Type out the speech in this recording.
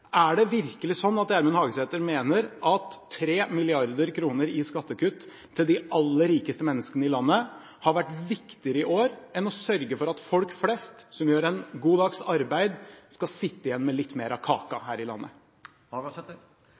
Er det virkelig sånn at Gjermund Hagesæter mener at 3 mrd. kr i skattekutt til de aller rikeste menneskene i landet har vært viktigere i år enn å sørge for at folk flest, som gjør en god dags arbeid, skal sitte igjen med litt mer av kaka her i landet?